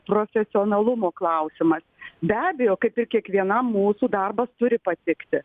profesionalumo klausimas be abejo kaip ir kiekvienam mūsų darbas turi patikti